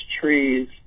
trees